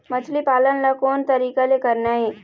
मछली पालन ला कोन तरीका ले करना ये?